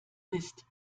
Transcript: mist